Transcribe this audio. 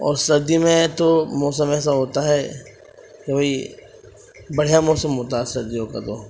اور سردی میں تو موسم ایسا ہوتا ہے کہ بھئی بڑھیا موسم ہوتا ہے سردیوں کا تو